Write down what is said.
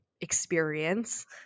experience